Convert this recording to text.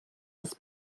des